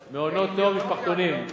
מעונות-יום, משפחתונים,